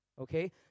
Okay